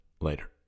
Later